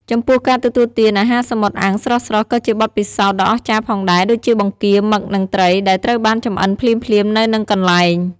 ចំពោះការទទួលទាន អាហារសមុទ្រអាំង ស្រស់ៗ ក៏ជាបទពិសោធន៍ដ៏អស្ចារ្យផងដែរ ដូចជាបង្គា មឹក និងត្រី ដែលត្រូវបានចម្អិនភ្លាមៗនៅនឹងកន្លែង។